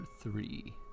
three